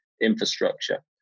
infrastructure